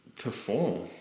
perform